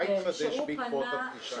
מה התחדש בעקבות הפגישה?